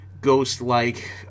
ghost-like